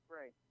right